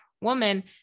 Woman